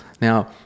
Now